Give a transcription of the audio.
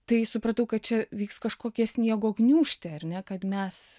tai supratau kad čia vyks kažkokia sniego gniūžtė ar ne kad mes